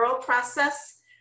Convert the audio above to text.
process